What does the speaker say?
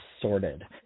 sorted